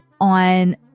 on